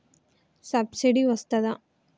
Subsidy వస్తదా?